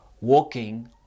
walking